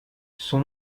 son